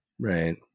Right